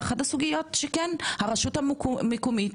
ואחת הסוגיות שכן עלתה הייתה שלרשות המקומית